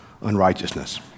unrighteousness